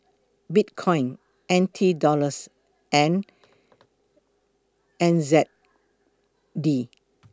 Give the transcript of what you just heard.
Bitcoin N T Dollars and N Z D